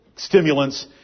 stimulants